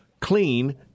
clean